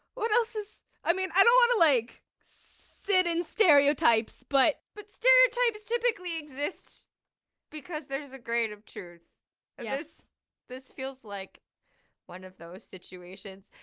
what else is, i mean i don't want to like sit in stereotypes but, but stereotypes typically exists because there's a grain of truth yeah this this feels like one of those situations,